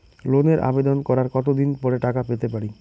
লোনের আবেদন করার কত দিন পরে টাকা পেতে পারি?